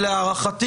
להערכתי,